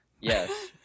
Yes